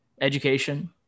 education